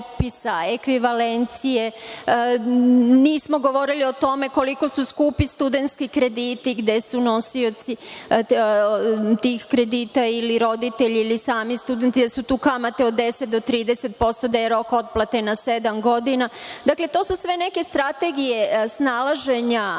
ekvivalencije. Nismo govorili o tome koliko smo skupi studentski krediti gde su nosioci tih kredita ili roditelji ili sami studenti, da su to krediti gde su kamate od 10 do 30%, rok otplate je sedam godina. Dakle, to su sve neke strategije snalaženja